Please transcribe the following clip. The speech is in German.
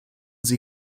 sie